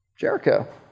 Jericho